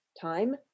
time